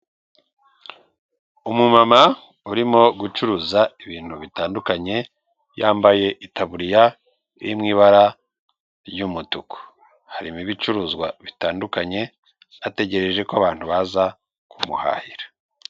Umumama urimo gucuruza ibintu bitandukanye, yambaye itaburiya iri mu ibara ry'umutuku, harimo ibicuruzwa bitandukanye ategereje ko abantu baza kumuhahira.